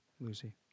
Lucy